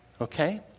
Okay